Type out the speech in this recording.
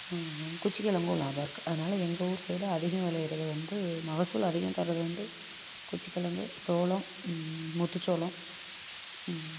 குச்சிக்கிழங்கும் லாபம் இருக்குது அதனால் எங்கள் ஊர் சைடு அதிகம் விளையுறது வந்து மகசூல் அதிகம் தர்றது வந்து குச்சிக்கிழங்கு சோளம் முத்துச்சோளம்